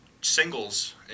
singles